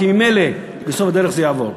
כי ממילא בסוף הדרך זה יעבור.